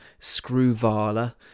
Screwvala